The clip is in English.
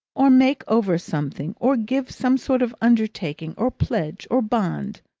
or make over something, or give some sort of undertaking, or pledge, or bond?